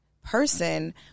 person